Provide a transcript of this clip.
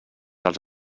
als